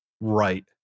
Right